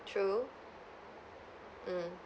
true mm